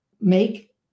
make